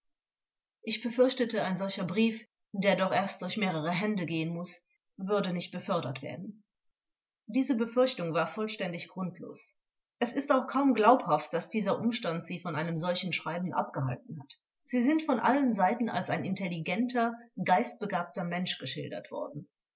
ich befürchtete ein solcher brief der doch erst durch mehrere hände gehen muß würde nicht befördert werden vors diese befürchtung war vollständig grundlos es ist auch kaum glaubhaft daß dieser umstand sie von einem solchen schreiben abgehalten hat sie sind von allen seiten als ein intelligenter geistbegabter mensch geschildert worden